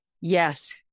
Yes